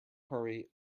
hurry